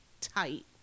tight